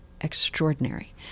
extraordinary